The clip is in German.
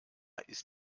ist